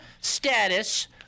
status